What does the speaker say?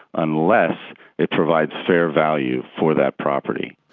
unless it provides fair value for that property.